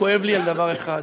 כואב לי על דבר אחד,